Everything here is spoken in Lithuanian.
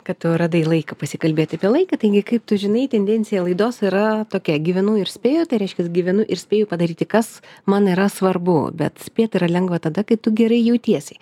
kad tu radai laiko pasikalbėti apie laiką taigi kaip tu žinai tendencija laidos yra tokia gyvenu ir spėju tai reiškias gyvenu ir spėju padaryti kas man yra svarbu bet spėt yra lengva tada kai tu gerai jautiesi